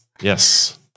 Yes